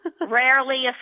rarely